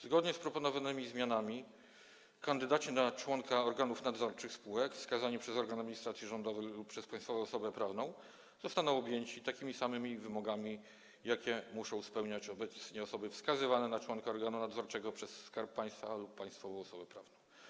Zgodnie z proponowanymi zmianami kandydaci na członków organów nadzorczych spółek wskazani przez organ administracji rządowej lub przez państwową osobę prawną zostaną objęci takimi samymi wymogami, jakie muszą obecnie spełniać osoby wskazywane na członków organu nadzorczego przez Skarb Państwa lub państwową osobę prawną.